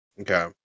Okay